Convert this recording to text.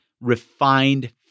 refined